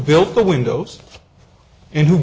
built the windows and who